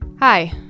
Hi